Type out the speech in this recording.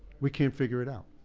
we can't figure it out.